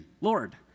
Lord